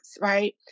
Right